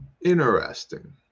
interesting